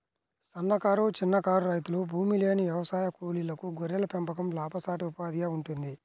సన్నకారు, చిన్నకారు రైతులు, భూమిలేని వ్యవసాయ కూలీలకు గొర్రెల పెంపకం లాభసాటి ఉపాధిగా ఉంటుంది